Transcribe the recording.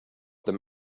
them